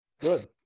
Good